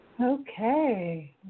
Okay